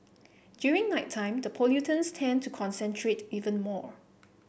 during nighttime the pollutants tend to concentrate even more